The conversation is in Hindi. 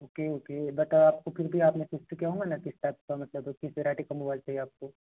ओके ओके बट आपको फिर भी आपने किया होगा ना किस टाइप का मतलब किस वेरायटी का मोबाइल चाहिए आपको